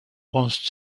once